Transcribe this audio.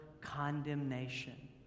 condemnation